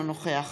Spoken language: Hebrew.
אינו נוכח